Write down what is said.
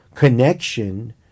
connection